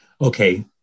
okay